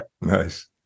nice